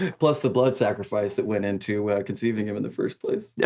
plus the blood sacrifice that went into conceiving him in the first place. yeah